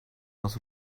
was